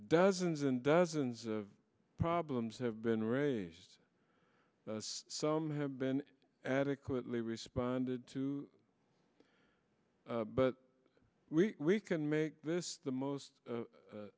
dozens and dozens of problems have been raised some have been adequately responded to but we can make this the most